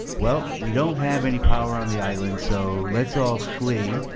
well, we don't have any power on the island, so let's all flee,